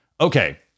Okay